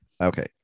okay